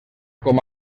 com